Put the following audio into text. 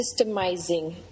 systemizing